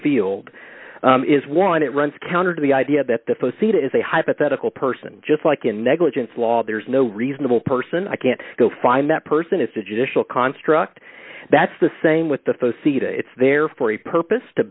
field is one it runs counter to the idea that the st seed is a hypothetical person just like in negligence law there's no reasonable person i can still find that person is a judicial construct that's the same with the seat it's there for a purpose to